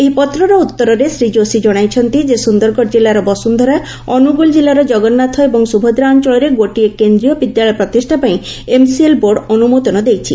ଏହି ପତ୍ରର ଉଉରେ ଶ୍ରୀ ଯୋଶୀ ଜଶାଇଛନ୍ତି ଯେ ସୁନ୍ଦରଗଡ଼ ଜିଲ୍ଲାର ବସୁନ୍ଧରା ଅନୁଗୁଳ ଜିଲ୍ଲାର ଜଗନ୍ନାଥ ଏବଂ ସୁଭଦ୍ରା ଅଞ୍ଞଳରେ ଗୋଟିଏ କେନ୍ଦ୍ରୀୟ ବିଦ୍ୟାଳୟ ପ୍ରତିଷା ପାଇଁ ଏମ୍ସିଏଲ୍ ବୋର୍ଡ ଅନୁମୋଦନ ଦେଇଛି